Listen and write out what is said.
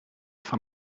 van